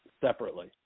separately